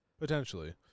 potentially